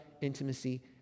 intimacy